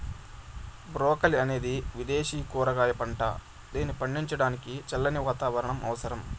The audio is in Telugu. బ్రోకలి అనేది విదేశ కూరగాయ పంట, దీనిని పండించడానికి చల్లని వాతావరణం అవసరం